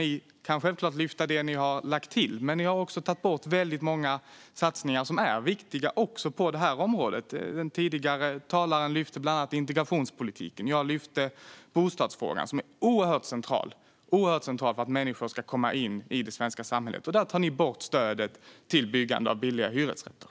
Ni kan självklart lyfta fram det som ni har lagt till, men ni har också tagit bort väldigt många viktiga satsningar även på det här området. En tidigare talare lyfte bland annat fram integrationspolitiken. Jag lyfte fram bostadsfrågan, som är oerhört central för att människor ska komma in i det svenska samhället. Ni tar bort stödet till byggande av billiga hyresrätter.